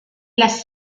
las